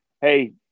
Hey